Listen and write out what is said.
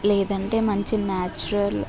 లేదు అంటే మంచి న్యాచురల్